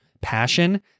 passion